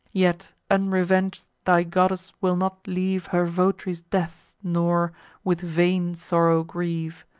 yet unreveng'd thy goddess will not leave her vot'ry's death, nor with vain sorrow grieve.